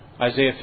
Isaiah